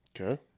Okay